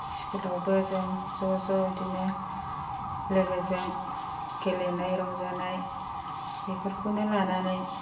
स्कुलावबो जों ज' ज' बिदिनो लोगोजों गेलेनाय रंजानाय बेफोरखौनो लानानै